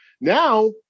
Now